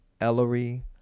Ellery